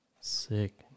Sick